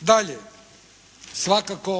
Dalje, svakako